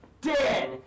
Dead